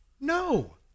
no